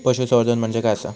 पशुसंवर्धन म्हणजे काय आसा?